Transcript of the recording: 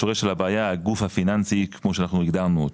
השורש של הבעיה, הגוף הפיננסי כמו שהגדרנו אות.